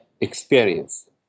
experience